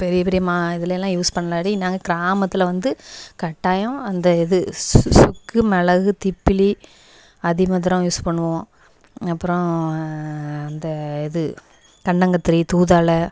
பெரிய பெரிய மா இதுலெயெல்லாம் யூஸ் பண்ணலாடி நாங்கள் கிராமத்தில் வந்து கட்டாயம் அந்த இது ஸ் சு சுக்கு மிளகு திப்பிலி அதிமதுரம் யூஸ் பண்ணுவோம் அப்புறோம் அந்த இது கண்டங்கத்திரி தூதுவளை